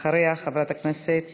אחריה, חברת הכנסת